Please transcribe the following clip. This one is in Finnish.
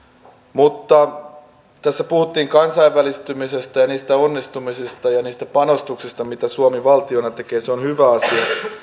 tässä puhuttiin kansainvälistymisestä ja niistä onnistumisista ja niistä panostuksista mitä suomi valtiona tekee se on hyvä asia